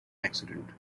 accident